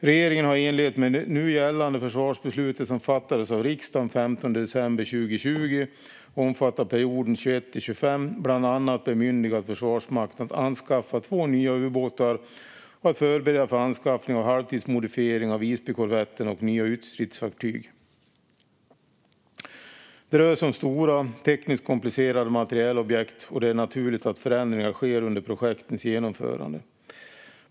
Regeringen har i enlighet med det nu gällande försvarsbeslut som fattades av riksdagen den 15 december 2020 och omfattar perioden 2021-2025 bland annat bemyndigat Försvarsmakten att anskaffa två nya ubåtar och att förbereda för anskaffning av halvtidsmodifiering av Visbykorvetterna och nya ytstridsfartyg. Det rör sig om stora, tekniskt komplicerade materielobjekt, och det är naturligt att förändringar sker under projektens genomförande.